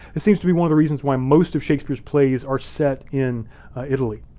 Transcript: it seems to be one of the reasons why most of shakespeare's plays are set in italy.